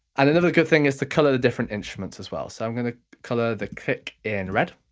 and and other good thing is to colour the different instruments as well. so i'm gonna colour the kick in red,